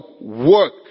work